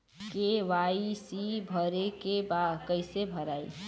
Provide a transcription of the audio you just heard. KYC भरे के बा कइसे भराई?